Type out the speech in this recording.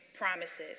promises